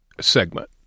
segment